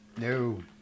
No